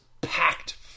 packed